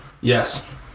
yes